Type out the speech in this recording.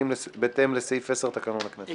בהתאם לסעיף 10 לתקנון הכנסת.